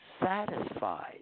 satisfied